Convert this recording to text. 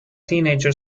teenager